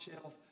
shelf